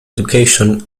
education